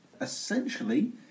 essentially